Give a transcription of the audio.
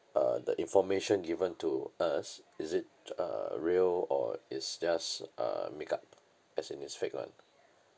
uh the information given to us is it uh real or it's just a makeup as in it's fake one